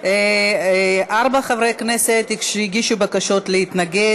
ארבעה חברי כנסת הגישו בקשה להתנגד.